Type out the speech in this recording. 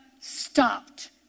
stopped